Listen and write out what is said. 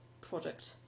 product